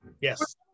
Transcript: Yes